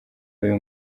uyu